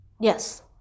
Yes